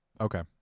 Okay